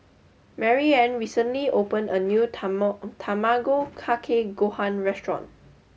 Maryanne recently opened a new Tamago Kake Gohan restaurant